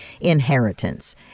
inheritance